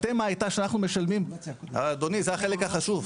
התמה הייתה שאנחנו משלמים, אדוני, זה החלק החשוב.